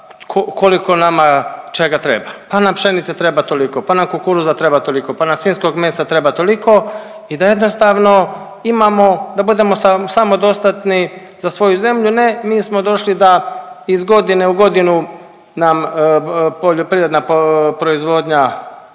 koliko nama čega treba. Pa nam pšenice treba toliko, pa nam kukuruza treba toliko, pa nam svinjskog mesa treba toliko i da jednostavno imamo, da budemo samodostatni za svoju zemlju. Ne mi smo došli da iz godine u godinu nam poljoprivredna proizvodnja